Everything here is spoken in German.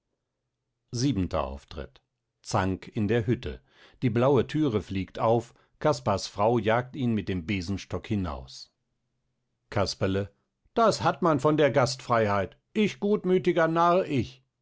siebenter auftritt zank in der hütte die blaue thüre fliegt auf caspars frau jagt ihn mit dem besenstock hinaus casperle das hat man von der gastfreiheit ich gutmüthiger narr ich